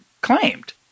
claimed